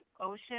ocean